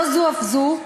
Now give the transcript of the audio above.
לא זו אף זו,